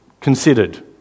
considered